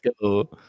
go